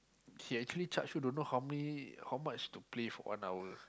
he actually charge you don't know how many how much to play for one hour